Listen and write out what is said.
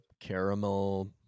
caramel